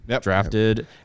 Drafted